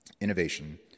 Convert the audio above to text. Innovation